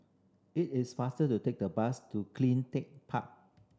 it is faster to take the bus to Cleantech Park